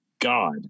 God